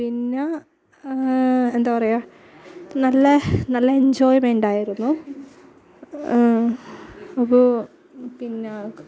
പിന്നെ എന്താണ് പറയുക നല്ല നല്ല എന്ജോയിമെൻ്റ് ആയിരുന്നു അപ്പോൾ പിന്നെ